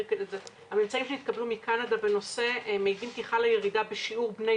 הממצאים שנתקבלו בקנדה בנושא מעידים כי חלה ירידה בשיעור בני